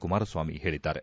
ಕುಮಾರಸ್ವಾಮಿ ಹೇಳಿದ್ದಾರೆ